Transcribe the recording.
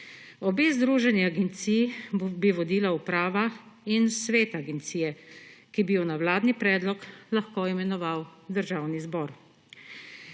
Obe združeni agenciji bi vodila uprava in svet agencije, ki bi ju na vladni predlog lahko imenoval Državni zbor.